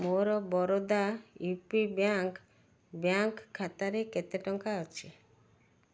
ମୋର Baroda U P bank bank ଖାତାରେ କେତେ ଟଙ୍କା ଅଛି